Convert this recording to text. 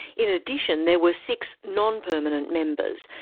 in addition, there were six non-permanent members,